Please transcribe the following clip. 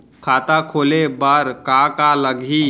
खाता खोले बार का का लागही?